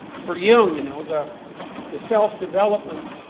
for jung, you know, the the self-development